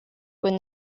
when